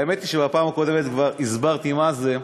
האמת היא שבפעם הקודמת כבר הסברתי מה זה,